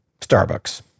Starbucks